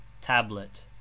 tablet